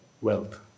wealth